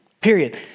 period